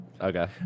okay